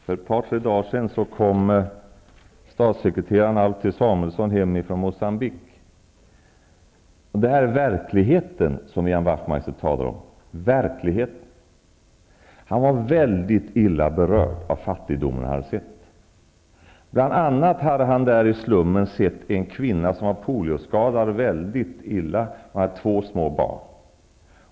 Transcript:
För ett par dagar sedan kom statssekreteraren Alf T Samuelsson hem från Moçambique. Det jag talar om nu är verkligheten, den som Ian Wachtmeister talar om. Alf T Samuelsson var väldigt illa berörd av den fattigdom han sett. Bl.a. hade han sett en kvinna i slummen som var illa polioskadad och hade två små barn.